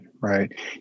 right